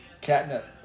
Catnip